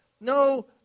no